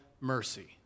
mercy